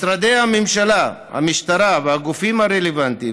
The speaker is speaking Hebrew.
משרדי הממשלה, המשטרה והגופים הרלוונטיים